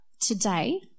Today